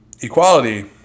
Equality